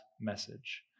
message